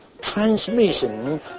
transmission